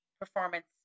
performance